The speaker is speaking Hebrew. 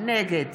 נגד